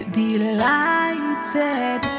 delighted